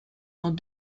dans